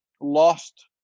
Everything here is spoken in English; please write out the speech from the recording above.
lost